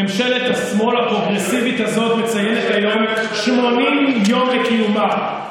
מזכ"ל מפלגת העבודה אמר שזה לא היה קורה במשמרת של